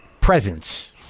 presence